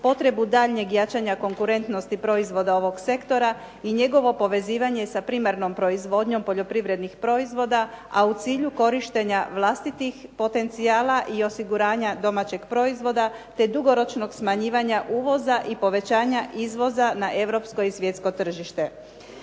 potrebu daljnjeg jačanja konkurentnosti proizvoda ovog sektora i njegovo povezivanje sa primarnom proizvodnjom poljoprivrednih proizvoda, a u cilju korištenja vlastitih potencijala i osiguranja domaćeg proizvoda, te dugoročnog smanjivanja uvoza i povećanja izvoza na europsko i svjetsko tržište.